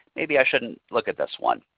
maybe i shouldn't look at this one.